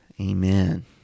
amen